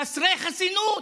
חסרי חסינות,